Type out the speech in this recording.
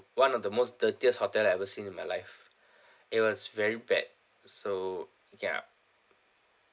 one of the most dirtiest hotel I've ever seen in my life it was very bad so ya